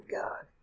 God